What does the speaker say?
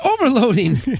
overloading